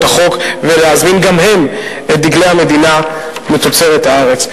החוק ולהזמין גם הם את דגלי המדינה מתוצרת הארץ.